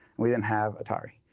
we didn't have atari.